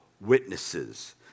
witnesses